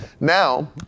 Now